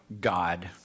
God